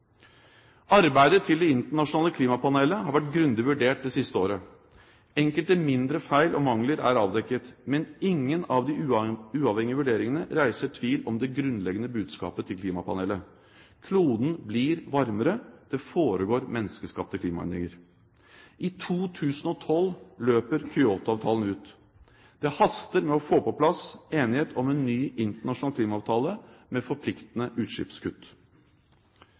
Arbeidet til det internasjonale klimapanelet har vært grundig vurdert det siste året. Enkelte mindre feil og mangler er avdekket, men ingen av de uavhengige vurderingene reiser tvil om det grunnleggende budskapet til klimapanelet: Kloden blir varmere. Det foregår menneskeskapte klimaendringer. I 2012 løper Kyoto-avtalen ut. Det haster med å få på plass enighet om en ny internasjonal klimaavtale med forpliktende utslippskutt.